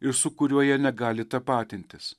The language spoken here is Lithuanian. ir su kuriuo jie negali tapatintis